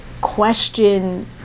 question